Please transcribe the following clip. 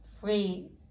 free